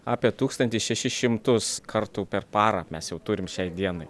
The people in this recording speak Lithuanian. apie tūkstantį šešis šimtus kartų per parą mes jau turime šiai dienai